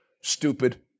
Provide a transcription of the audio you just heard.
Stupid